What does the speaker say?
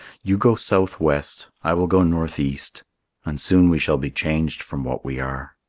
you go south-west i will go north-east and soon we shall be changed from what we are.